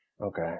Okay